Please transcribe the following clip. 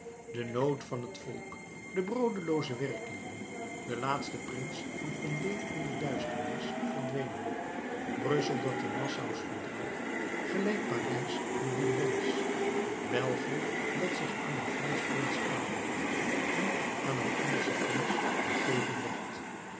de nood van het volk de broodelooze werklieden de laatste prins van condé in de duisternis verdwenen brussel dat de nassaus verdreef gelijk parijs de bourbons belgië dat zich aan een fransch prins aanbood en aan een engelsch prins gegeven werd